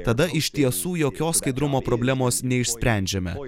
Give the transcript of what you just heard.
tada iš tiesų jokios skaidrumo problemos neišsprendžiame o